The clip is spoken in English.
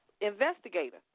investigator